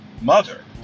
mother